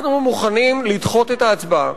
אנחנו מוכנים לדחות את ההצבעה.